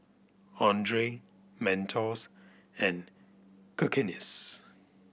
Andre Mentos and Cakenis